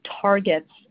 targets